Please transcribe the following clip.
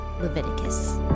Leviticus